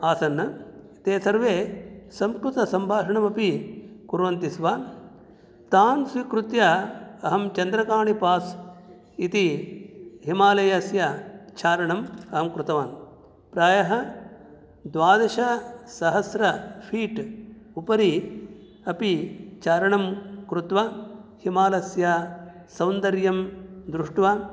आसन् ते सर्वे सम्कृतसम्भाषणमपि कुर्वन्ति स्व तान् स्वीकृत्य अहं चन्द्रकाणि पास् इति हिमालयस्य चारणम् अहं कृतवान् प्रायः द्वादशसहस्र फ़ीट् उपरि अपि चारणं कृत्वा हिमालयस्य सौन्दर्यं दृष्ट्वा